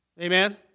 Amen